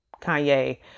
Kanye